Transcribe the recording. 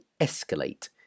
escalate